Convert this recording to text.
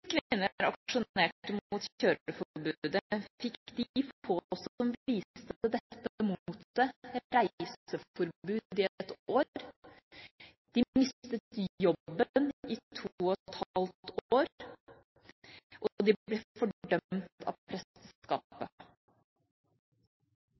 kvinner aksjonerte mot kjøreforbudet fikk de få som viste dette motet, reiseforbud i ett år, de mistet jobben i to og et halvt år, og de ble fordømt av